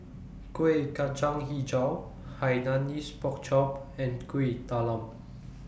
Kueh Kacang Hijau Hainanese Pork Chop and Kuih Talam